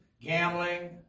gambling